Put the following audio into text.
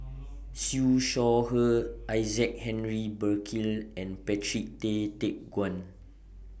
Siew Shaw Her Isaac Henry Burkill and Patrick Tay Teck Guan